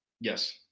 Yes